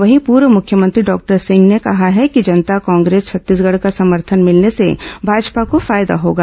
वहीं पूर्व मुख्यमंत्री डॉक्टर सिंह ने कहा है कि जनता कांग्रेस छत्तीसगढ़ का समर्थन भिलने से भाजपा को फायदा होगा